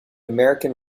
american